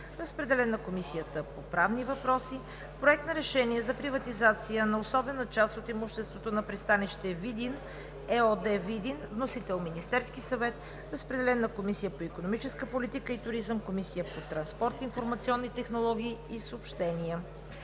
Водеща е Комисията по правни въпроси. Проект на решение за приватизация на обособена част от имуществото на „Пристанище Видин“ ЕООД – Видин. Вносител: Министерският съвет. Разпределен е на Комисията по икономическа политика и туризъм, Комисията по транспорт, информационни технологии и съобщения.